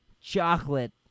chocolate